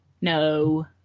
No